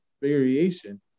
variation